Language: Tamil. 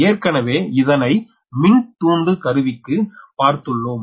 ஏற்கனவே இதனை மின் தூண்டு கருவிக்கு பார்த்துள்ளோம்